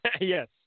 Yes